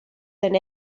than